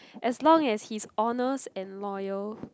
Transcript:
as long as he's honest and loyal